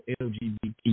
lgbt